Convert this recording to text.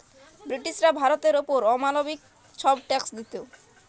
ব্রিটিশরা ভারতের অপর অমালবিক ছব ট্যাক্স দিত